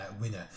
winner